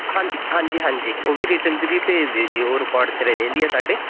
ਹਾਂ ਹਾਂਜੀ ਹਾਂਜੀ ਉਹ ਵੀ ਰਿਟਨ 'ਚ ਵੀ ਭੇਜ ਦਿਓ ਜੀ ਉਹ ਰਿਕੋਰਡ 'ਚ ਰਹਿ ਜਾਂਦੀ ਹੈ ਸਾਡੇ